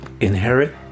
inherit